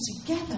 together